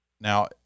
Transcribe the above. Now